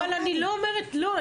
זה לא --- אבל אני לא אומרת לא,